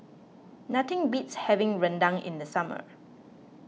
nothing beats having Rendang in the summer